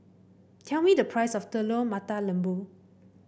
tell me the price of Telur Mata Lembu